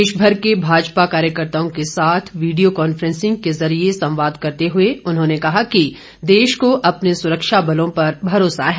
देशभर के भाजपा कार्यकर्ताओं के साथ वीडियो कॉफ्रेंस के जरिए संवाद करते हुए उन्होंने कहा कि देश को अपने सुरक्षाबलों पर भरोसा है